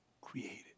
created